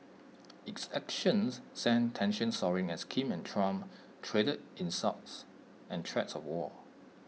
its actions sent tensions soaring as Kim and Trump traded insults and threats of war